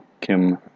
Kim